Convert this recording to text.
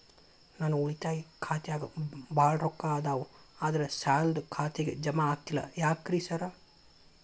ನನ್ ಉಳಿತಾಯ ಖಾತ್ಯಾಗ ಬಾಳ್ ರೊಕ್ಕಾ ಅದಾವ ಆದ್ರೆ ಸಾಲ್ದ ಖಾತೆಗೆ ಜಮಾ ಆಗ್ತಿಲ್ಲ ಯಾಕ್ರೇ ಸಾರ್?